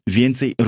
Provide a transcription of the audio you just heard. więcej